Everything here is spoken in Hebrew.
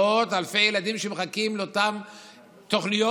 מאות אלפי ילדים שמחכים לאותן תוכניות,